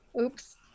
Oops